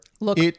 look